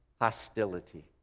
hostility